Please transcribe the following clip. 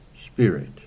spirit